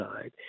side